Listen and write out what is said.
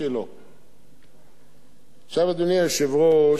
אדוני היושב-ראש,